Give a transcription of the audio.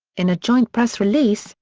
in a joint press release,